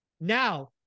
now